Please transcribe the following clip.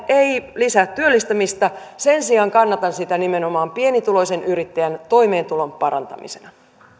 ei lisää työllistämistä sen sijaan kannatan sitä nimenomaan pienituloisen yrittäjän toimeentulon parantamisena